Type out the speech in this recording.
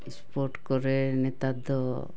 sport ᱠᱚᱨᱮ ᱱᱮᱛᱟᱨ ᱫᱚ